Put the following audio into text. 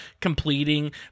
completing